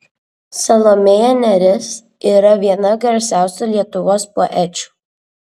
salomėja nėris yra viena garsiausių lietuvos poečių